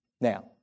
Now